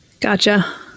Gotcha